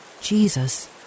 Jesus